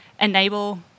enable